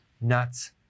nuts